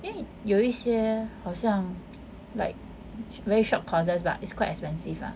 eh 有一些好像 like very short courses but it's quite expensive lah